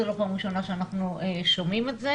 זאת לא פעם ראשונה שאנחנו שומעים על כך.